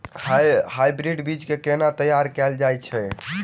Hybrid बीज केँ केना तैयार कैल जाय छै?